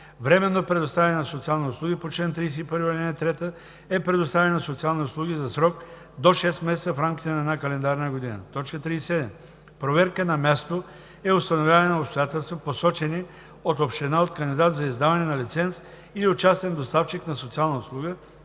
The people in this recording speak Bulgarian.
„Временно предоставяне на социални услуги“ по чл. 31, ал. 3 е предоставяне на социални услуги за срок до 6 месеца в рамките на една календарна година. 37. „Проверка на място“ е установяване на обстоятелства, посочени от община, от кандидат за издаване на лиценз или от частен доставчик на социална услуга,